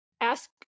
Ask